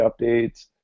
updates